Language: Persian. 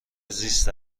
زیست